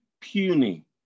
puny